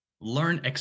learn